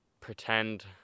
pretend